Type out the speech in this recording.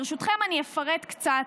ברשותכם, אני אפרט קצת